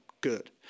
good